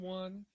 one